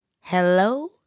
Hello